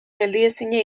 geldiezina